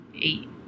eight